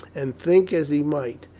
and think as he might,